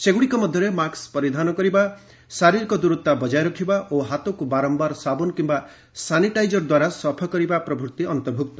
ସେଗ୍ରଡ଼ିକ ମଧ୍ୟରେ ମାସ୍କ୍ ପରିଧାନ କରିବା ଶାରିରୀକ ଦୂରତା ବଜାୟ ରଖିବା ଓ ହାତକୁ ବାରମ୍ଭାର ସାବୁନ୍ କିମ୍ବା ସାନିଟାଇଜର ଦ୍ୱାରା ସଫା କରିବା ପ୍ରଭ୍ତି ଅନ୍ତର୍ଭୁକ୍ତ